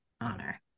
honor